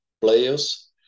players